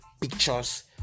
pictures